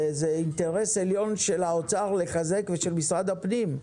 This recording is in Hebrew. וזה אינטרס עליון של האוצר לחזק, ושל משרד הפנים,